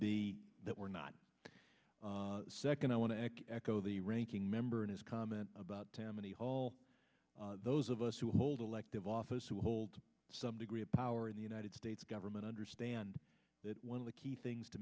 be that we're not second i want to echo the ranking member and his comment about tammany hall those of us who hold elective office who hold some degree of power in the united states government understand that one of the key things to